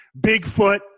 Bigfoot